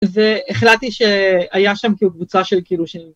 והחלטתי שהיה שם קבוצה של כאילו של